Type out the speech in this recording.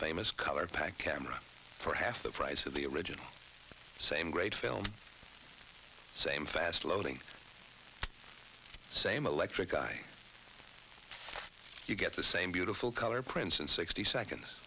famous color pack camera for half the price of the original same great film same fast loading the same electric eye you get the same beautiful color prints and sixty seconds